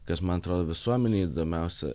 kas man atrodo visuomenei įdomiausia